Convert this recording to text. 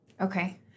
Okay